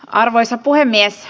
arvoisa puhemies